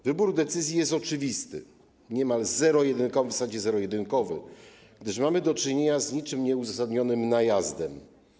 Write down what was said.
Wybór decyzji jest oczywisty, niemal zero-jedynkowy, w zasadzie zero-jedynkowy, gdyż mamy do czynienia z niczym nieuzasadnionym najazdem.